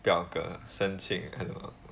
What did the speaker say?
表格申请 kind of